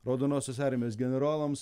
raudonosios armijos generolams